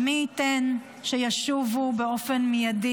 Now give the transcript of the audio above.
מי ייתן שישובו באופן מיידי,